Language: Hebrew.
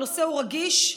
הנושא רגיש,